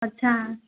अच्छा